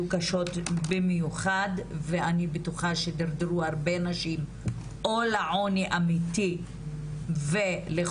קשות במיוחד ואני בטוחה שדרדרו הרבה נשים או לעוני אמיתי ולחוסר